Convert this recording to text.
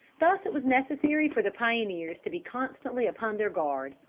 thus it was necessary for the pioneers to be constantly upon their guard.